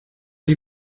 die